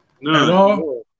No